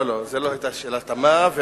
לא, זו לא היתה שאלה תמה.